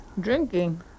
Drinking